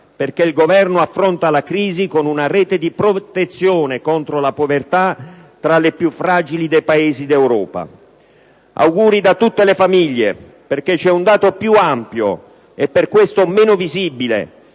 perché il Governo affronta la crisi con una rete di protezione contro la povertà tra le più fragili nell'ambito dei Paesi d'Europa. Auguri da tutte le famiglie, perché c'è un dato più ampio e per questo meno visibile,